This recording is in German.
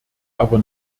aber